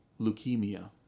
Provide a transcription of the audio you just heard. leukemia